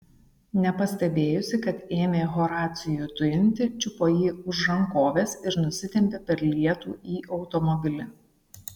nepastebėjusi kad ėmė horacijų tujinti čiupo jį už rankovės ir nusitempė per lietų į automobilį